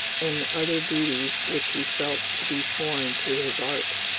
and other duties which he felt to be foreign to his art.